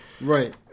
right